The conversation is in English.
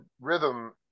rhythm